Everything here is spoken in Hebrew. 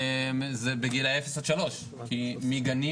זה בגילאי 0 עד 3. כי מגנים,